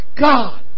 God